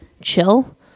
chill